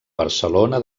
barcelona